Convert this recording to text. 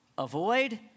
Avoid